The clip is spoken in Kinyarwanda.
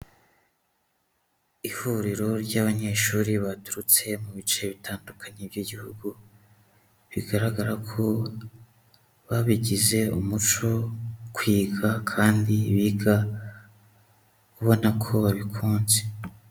Ihuriro ry'abanyeshuri baturutse mu bice bitandukanye by'igihugu, bigaragara ko babigize umuco kwiga kandi biga ubona ko babikunze.